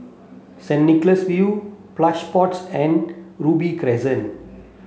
Saint Nicholas View Plush Pods and Robey Crescent